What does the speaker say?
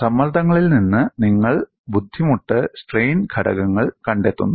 സമ്മർദ്ദങ്ങളിൽ നിന്ന് നിങ്ങൾ ബുദ്ധിമുട്ട് സ്ട്രെയിൻ ഘടകങ്ങൾ കണ്ടെത്തുന്നു